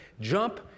jump